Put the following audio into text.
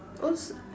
oh so